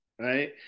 Right